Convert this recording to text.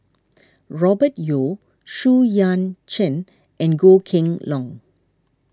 Robert Yeo Xu Yuan Zhen and Goh Kheng Long